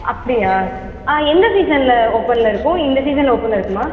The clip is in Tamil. அப்படியா ஆ எந்த சீசனில் ஓப்பன்லே இருக்கும் இந்த சீசனில் ஓப்பனில் இருக்குமா